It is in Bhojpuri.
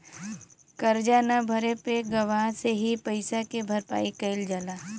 करजा न भरे पे गवाह से ही पइसा के भरपाई कईल जाला